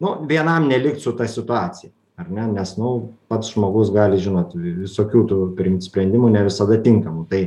nu vienam nelikt su ta situacija ar ne nes nu pats žmogus gali žinot visokių tų priimt sprendimų ne visada tinkamų tai